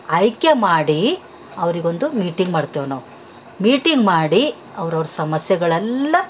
ಆಯ್ಕೆ ಮಾಡಿ ಅವ್ರಿಗೆ ಒಂದು ಮೀಟಿಂಗ್ ಮಾಡ್ತೇವೆ ನಾವು ಮೀಟಿಂಗ್ ಮಾಡಿ ಅವರವ್ರ ಸಮಸ್ಯೆಗಳೆಲ್ಲಾ